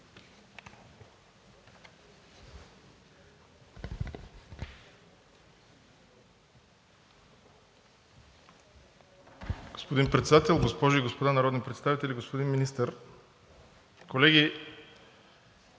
Господин Председател, госпожи и господа народни представители, господин Министър! Колеги,